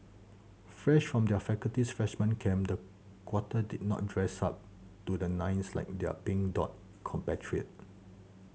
fresh from their faculty's freshman camp the quartet did not dress up to the nines like their Pink Dot compatriot